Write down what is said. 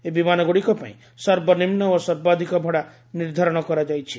ଏହି ବିମାନଗ୍ରଡ଼ିକ ପାଇଁ ସର୍ବନିମ୍ବ ଓ ସର୍ବାଧିକ ଭଡ଼ା ନିର୍ଦ୍ଧାରଣ କରାଯାଇଛି